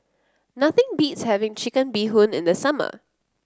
nothing beats having Chicken Bee Hoon in the summer